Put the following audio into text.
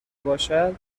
باشد